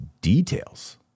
details